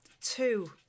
two